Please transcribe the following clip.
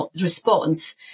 response